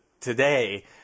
today